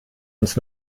uns